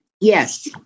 Yes